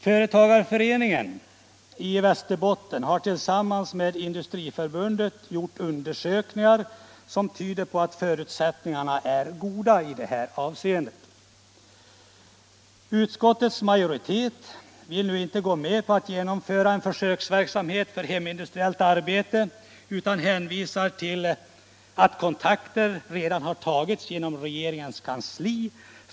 Företagarföreningen i Västerbottens län har tillsammans med Industriförbundet gjort undersökningar som tyder på att förutsättningarna är goda i det här avseendet. Utskottets majoritet vill inte nu gå med på att genomföra en försöksverksamhet för hemindustriellt arbete utan hänvisar till att kontakter redan tagits genom regeringens kansli.